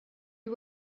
you